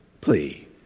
plea